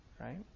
Right